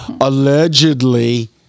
allegedly